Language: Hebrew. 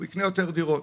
הוא יקנה יותר דירות,